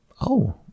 Oh